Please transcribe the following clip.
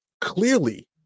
Clearly